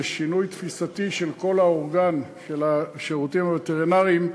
זה שינוי תפיסתי של כל האורגן של השירותים הווטרינריים,